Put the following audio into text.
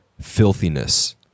filthiness